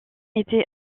été